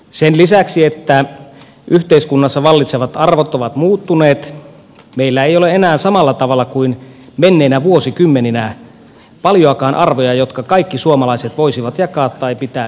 sen lisäksi että yhteiskunnassa vallitsevat arvot ovat muuttuneet meillä ei ole enää samalla tavalla kuin menneinä vuosikymmeninä paljoakaan arvoja jotka kaikki suomalaiset voisivat jakaa tai pitää yhteisinä